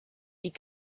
die